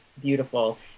beautiful